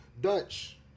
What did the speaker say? dutch